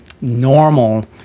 normal